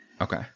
Okay